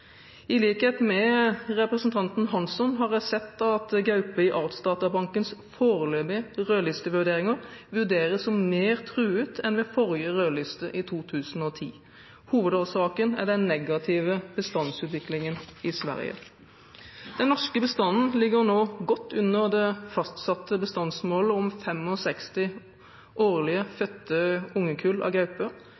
I likhet med representanten Hansson har jeg sett at gaupe i Artsdatabankens foreløpige rødlistevurderinger vurderes som mer truet enn ved forrige rødliste i 2010. Hovedårsaken er den negative bestandsutviklingen i Sverige. Den norske bestanden ligger nå godt under det fastsatte bestandsmålet om 65 årlig fødte ungekull av gaupe.